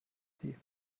sie